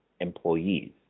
employees